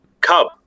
cub